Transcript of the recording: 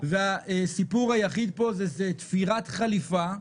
הסיפור היחיד פה זה תפירת חליפה,